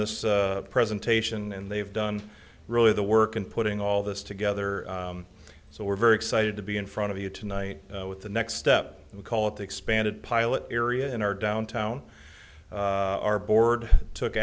this presentation and they've done really the work in putting all this together so we're very excited to be in front of you tonight with the next step we call it expanded pilot area in our downtown our board took